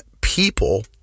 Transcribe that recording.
people